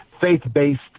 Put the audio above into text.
faith-based